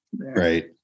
Right